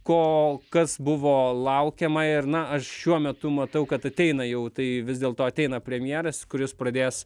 kol kas buvo laukiama ir na aš šiuo metu matau kad ateina jau tai vis dėlto ateina premjeras kuris pradės